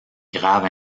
grave